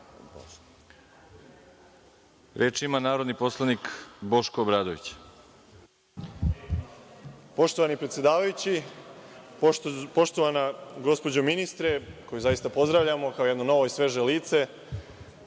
Boško Obradović. **Boško Obradović** Poštovani predsedavajući, poštovana gospođo ministre, koju zaista pozdravljamo kao jedno novo i sveže lice